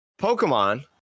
Pokemon